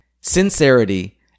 sincerity